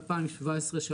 2017,